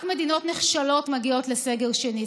רק מדינות נחשלות מגיעות לסגר שני.